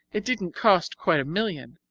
it didn't cost quite a million,